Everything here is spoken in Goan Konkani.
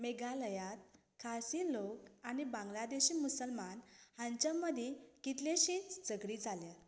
मेघालयांत खासी लोक आनी बांगलादेशी मुसलमान हांचे मदीं कितलेशींच झगडीं जाल्यांत